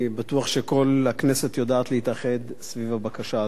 אני בטוח שכל הכנסת יודעת להתאחד סביב הבקשה הזאת.